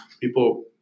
People